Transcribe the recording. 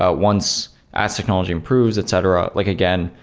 ah once as technology improves, etc like again,